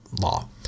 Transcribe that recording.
law